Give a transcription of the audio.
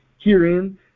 herein